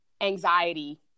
anxiety